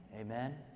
Amen